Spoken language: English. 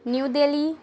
New Delhi